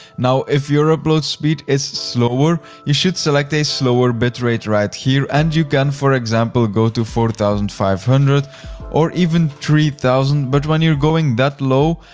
now, if your upload speed is slower, you should select a slower bit rate right here and you can, for example, go to four thousand five hundred or even three thousand, but when you're going that low,